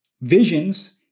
visions